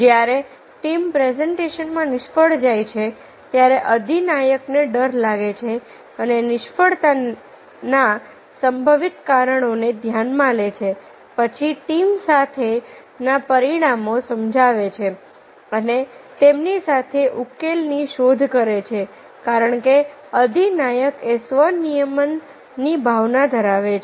જ્યારે ટીમ પ્રેઝન્ટેશનમાં નિષ્ફળ જાય છે ત્યારે અધિનાયક ને ડર લાગે છે અને નિષ્ફળતાના સંભવિત કારણોને ધ્યાનમાં લે છે પછી ટીમ સાથે ના પરીણામો સમજાવે છે અને તેમની સાથે ઉકેલ ની શોધ કરે છે કારણ અધિનાયક એ સ્વ નિયમનની ભાવના ધરાવે છે